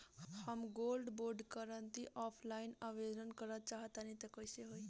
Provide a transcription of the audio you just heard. हम gold bond करंति offline आवेदन करल चाह तनि कइसे होई?